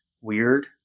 weird